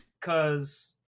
Cause